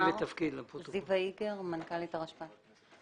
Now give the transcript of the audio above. מנכ"לית הרשת"פ.